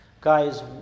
guys